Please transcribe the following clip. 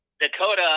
Dakota